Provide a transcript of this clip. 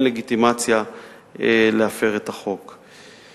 אין לגיטימציה להפר את החוק.